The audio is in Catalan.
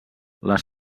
les